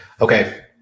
okay